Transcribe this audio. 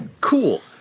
Cool